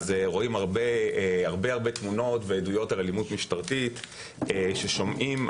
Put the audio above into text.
רואים הרבה תמונות ועדויות על אלימות משטרתית ששומעים.